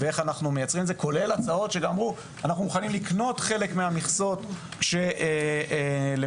כולל הצעות שאמרו שאנחנו מוכנים לקנות חלק מהמכסות של מי